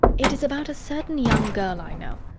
it is about a certain young girl i know.